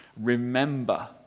Remember